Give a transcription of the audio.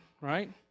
right